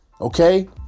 okay